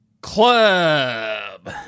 Club